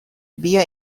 بیا